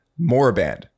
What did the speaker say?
Moriband